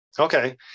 Okay